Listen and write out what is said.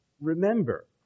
remember